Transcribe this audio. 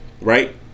Right